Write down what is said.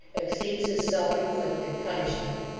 exceeds his self-inflicted punishment.